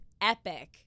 epic